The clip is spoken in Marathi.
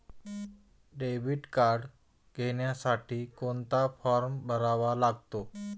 डेबिट कार्ड घेण्यासाठी कोणता फॉर्म भरावा लागतो?